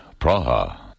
Praha